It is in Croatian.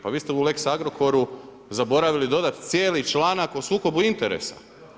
Pa vi ste u lex Agrokoru zaboravili dodati cijeli članak o sukobu interes.